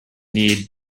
need